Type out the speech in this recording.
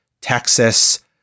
Texas